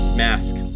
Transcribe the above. mask